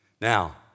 Now